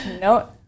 no